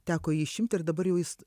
teko jį išimti ir dabar jau jis